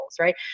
right